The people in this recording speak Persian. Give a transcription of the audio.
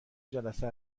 جلسه